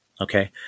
Okay